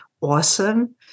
awesome